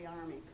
army